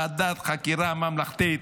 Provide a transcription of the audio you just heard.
ועדת חקירה ממלכתית,